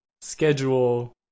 schedule